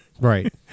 right